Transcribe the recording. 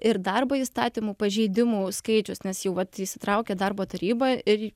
ir darbo įstatymų pažeidimų skaičius nes jau vat įsitraukė darbo taryba ir